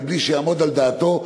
מבלי שיעמוד על דעתו.